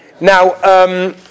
Now